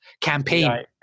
campaign